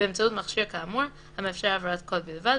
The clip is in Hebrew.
באמצעות מכשיר כאמור המאפשר העברת קול בלבד,